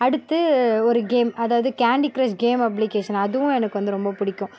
அடுத்து ஒரு கேம் அதாவது கேண்டி க்ரஷ் கேம் அப்ளிக்கேஷன் அதுவும் எனக்கு வந்து ரொம்ப பிடிக்கும்